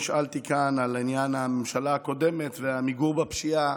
נשאלתי כאן על עניין הממשלה הקודמת ומיגור הפשיעה.